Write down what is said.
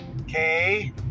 Okay